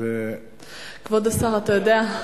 כבוד השר, אתה יודע,